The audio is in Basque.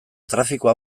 trafikoa